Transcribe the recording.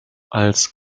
als